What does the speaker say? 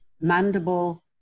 mandible